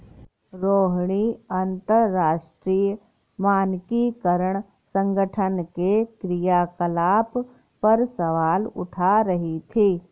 रोहिणी अंतरराष्ट्रीय मानकीकरण संगठन के क्रियाकलाप पर सवाल उठा रही थी